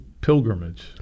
pilgrimage